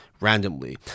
randomly